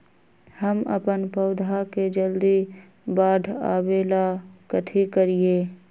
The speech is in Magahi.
हम अपन पौधा के जल्दी बाढ़आवेला कथि करिए?